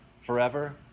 Forever